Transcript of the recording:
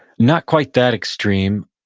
not quite that extreme.